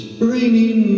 bringing